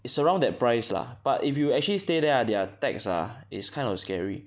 it's around that price lah but if you actually stay there ah their tax ah is kind of scary